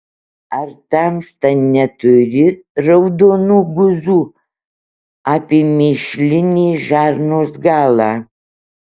ar tamsta neturi raudonų guzų apie mėšlinės žarnos galą